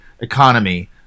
economy